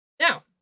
Now